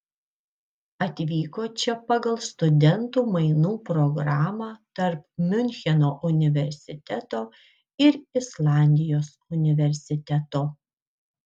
atvyko čia pagal studentų mainų programą tarp miuncheno universiteto ir islandijos universiteto